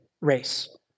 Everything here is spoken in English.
race